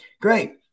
Great